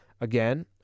Again